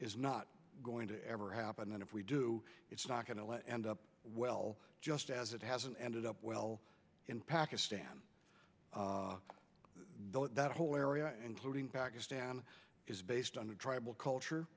is not going to ever happen and if we do it's not going to end up well just as it hasn't ended up well in pakistan that whole area including pakistan is based on a tribal culture